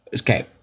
Okay